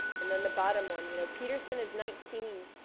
and then the bottom one. you know peterson is nineteen.